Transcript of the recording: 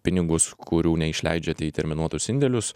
pinigus kurių neišleidžiat į terminuotus indėlius